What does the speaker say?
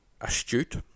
astute